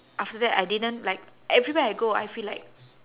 after that I didn't like everywhere I go I feel like